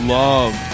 love